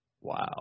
Wow